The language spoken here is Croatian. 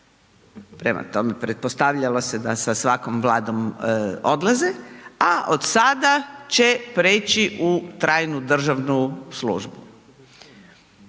prema tome, pretpostavljalo se da sa svakom vladom odlaze, a od sada će preći u trajnu državnu službu.